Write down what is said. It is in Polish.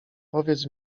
powiedz